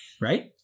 Right